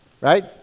right